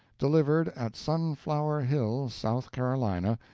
delivered at sunflower hill, south carolina,